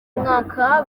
mwaka